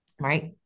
right